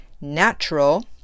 natural